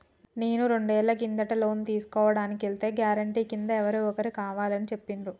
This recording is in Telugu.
నేను రెండేళ్ల కిందట లోను తీసుకోడానికి ఎల్తే గారెంటీ కింద ఎవరో ఒకరు కావాలని చెప్పిండ్రు